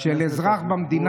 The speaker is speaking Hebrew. שלוש דקות, אדוני,